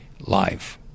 life